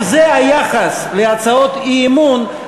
אז אם זה היחס להצעות אי-אמון,